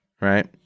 right